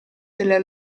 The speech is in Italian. della